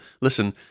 listen